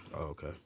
okay